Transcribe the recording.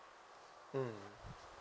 mm